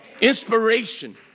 Inspiration